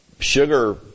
sugar